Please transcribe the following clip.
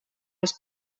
als